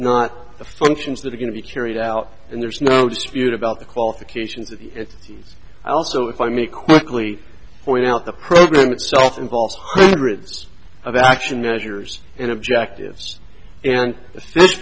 not the functions that are going to be carried out and there's no dispute about the qualifications of the teas i also if i may quickly point out the program itself involves brigs of action measures and objectives and